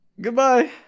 Goodbye